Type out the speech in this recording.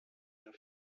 der